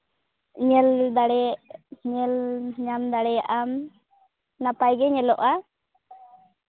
ᱧᱮᱞ ᱫᱟᱲᱮ ᱧᱮᱞ ᱧᱟᱢ ᱫᱟᱲᱮᱭᱟᱜ ᱟᱢ ᱱᱟᱯᱟᱭ ᱜᱮ ᱧᱮᱞᱚᱜᱼᱟ